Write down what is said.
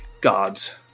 God's